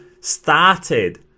started